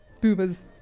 boomers